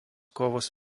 kovos